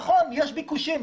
נכון, יש ביקושים.